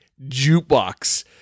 jukebox